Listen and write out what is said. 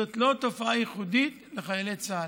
זאת לא תופעה ייחודית לחיילי צה"ל.